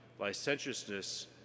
licentiousness